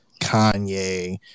Kanye